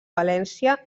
valència